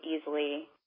easily